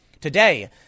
Today